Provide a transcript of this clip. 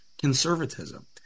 conservatism